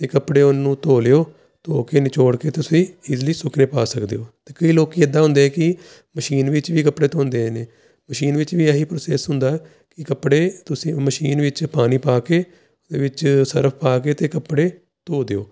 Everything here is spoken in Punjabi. ਅਤੇ ਕੱਪੜੇ ਉਹਨੂੰ ਧੋ ਲਿਓ ਧੋ ਕੇ ਨਿਚੋੜ ਕੇ ਤੁਸੀਂ ਈਜੀਲੀ ਸੁਕਣੇ ਪਾ ਸਕਦੇ ਹੋ ਅਤੇ ਕਈ ਲੋਕੀ ਇੱਦਾਂ ਹੁੰਦੇ ਕਿ ਮਸ਼ੀਨ ਵਿੱਚ ਵੀ ਕੱਪੜੇ ਧੋਂਦੇ ਨੇ ਮਸ਼ੀਨ ਵਿੱਚ ਵੀ ਇਹੀ ਪ੍ਰੋਸੈਸ ਹੁੰਦਾ ਕਿ ਕੱਪੜੇ ਤੁਸੀਂ ਮਸ਼ੀਨ ਵਿੱਚ ਪਾਣੀ ਪਾ ਕੇ ਅਤੇ ਵਿੱਚ ਸਰਫ ਪਾ ਕੇ ਅਤੇ ਕੱਪੜੇ ਧੋ ਦਿਓ